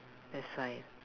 that's why